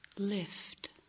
lift